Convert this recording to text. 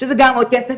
שזה גם עוד כסף,